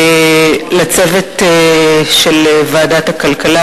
לצוות של ועדת הכלכלה,